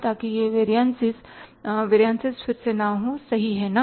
ताकि ये variances variances फिर से ना हो सही है ना